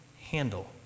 handle